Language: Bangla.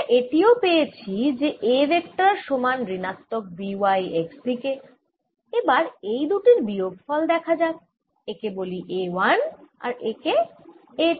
আমরা এটিও পেয়েছি যে A ভেক্টর সমান ঋণাত্মক B y x দিকে এবার এই দুটির বিয়োগ ফল দেখা যাক একে বলি A 1 আর একে A 2